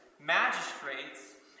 Magistrates